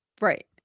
Right